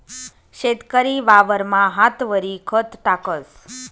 शेतकरी वावरमा हातवरी खत टाकस